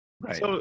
Right